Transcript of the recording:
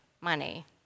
money